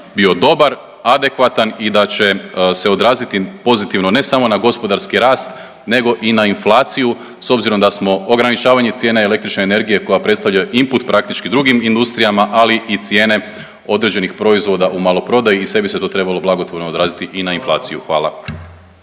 bio dobar, adekvatan i da će se odraziti pozitivno, ne samo na gospodarski rast, nego i na inflaciju, s obzirom da smo ograničavanje cijena električne energije koje predstavljaju input praktički drugim industrijama, ali i cijene određenih proizvoda u maloprodaji i sve bi se to trebalo blagotvorno odraziti i na inflaciju. Hvala.